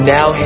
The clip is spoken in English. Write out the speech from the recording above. Now